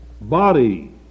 body